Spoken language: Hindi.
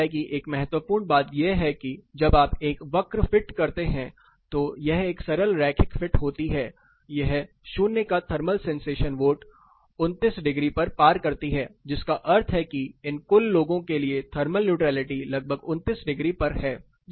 इसी तरह की एक महत्वपूर्ण बात यह है कि जब आप एक वक्र फिट करते हैं तो यह एक सरल रैखिक फिट होती है यह 0 का थर्मल सेंसेशन वोट 29 डिग्री पर पार करती है जिसका अर्थ है कि इन कुल लोगों के लिए थर्मल न्यूट्रालिटी लगभग 29 डिग्री पर है